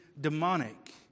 demonic